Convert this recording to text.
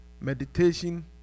Meditation